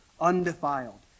undefiled